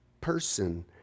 person